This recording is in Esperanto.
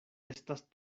estas